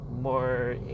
more